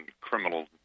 criminal